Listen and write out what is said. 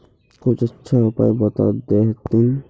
कुछ अच्छा उपाय बता देतहिन?